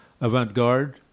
avant-garde